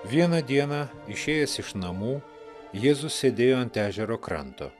vieną dieną išėjęs iš namų jėzus sėdėjo ant ežero kranto